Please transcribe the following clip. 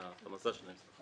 על הפרנסה שלהם.